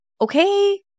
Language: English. Okay